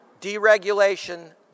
deregulation